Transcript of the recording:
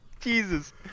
Jesus